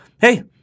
Hey